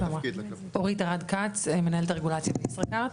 אורית ארד כץ מנהלת הרגולציה בישראכרט.